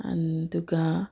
ꯑꯗꯨꯒ